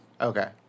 Okay